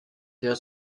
der